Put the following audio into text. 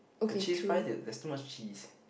the cheese fries that there's too much cheese